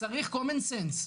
צריך קומן סנס,